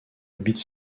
habite